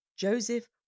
Joseph